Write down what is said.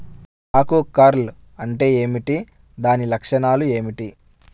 ఆకు కర్ల్ అంటే ఏమిటి? దాని లక్షణాలు ఏమిటి?